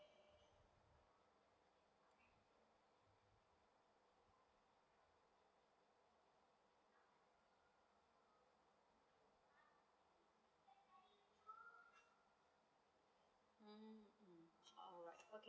mm okay